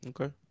Okay